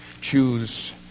choose